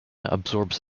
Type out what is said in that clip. absorbs